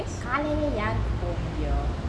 காலைல யாருக்கு போ முடியும்:kalaila yaaruku poo mudiyum